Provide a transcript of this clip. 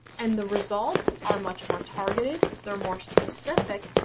and the results are much more targeted. they're more specific,